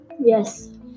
Yes